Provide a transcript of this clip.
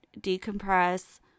decompress